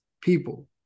people